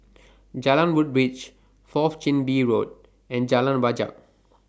Jalan Woodbridge Fourth Chin Bee Road and Jalan Wajek